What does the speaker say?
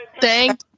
Thank